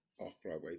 off-Broadway